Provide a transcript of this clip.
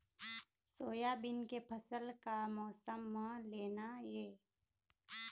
Soybean के फसल का मौसम म लेना ये?